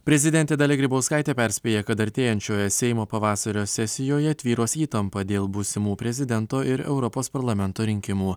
prezidentė dalia grybauskaitė perspėja kad artėjančioje seimo pavasario sesijoje tvyros įtampa dėl būsimų prezidento ir europos parlamento rinkimų